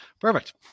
Perfect